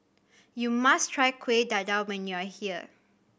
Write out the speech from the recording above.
you must try Kuih Dadar when you are here